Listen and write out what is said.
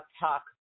Talk